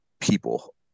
people